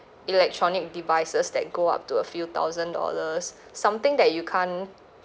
electronic devices that go up to a few thousand dollars something that you can't